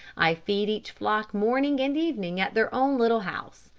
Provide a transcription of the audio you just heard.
i feed each flock morning and evening at their own little house.